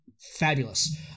Fabulous